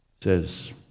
says